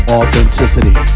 Authenticity